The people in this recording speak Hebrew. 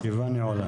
הישיבה נעולה.